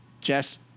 Jess